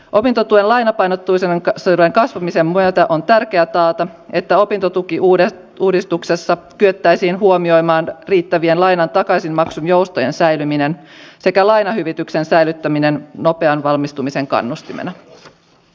opintotuen lainapainotteisuuden kasvamisen myötä on tärkeää taata että opintotukiuudistuksessa kyettäisiin huomioimaan riittävien lainan takaisinmaksun joustojen säilyminen sekä lainahyvityksen säilyttäminen nopean valmistumisen kannustimena